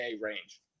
range